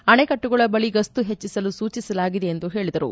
ಅಣೆಕಟ್ಟುಗಳ ಬಳಿ ಗಸ್ತು ಹೆಚ್ಚಿಸಲು ಸೂಚಿಸಲಾಗಿದೆ ಎಂದು ಹೇಳಿದರು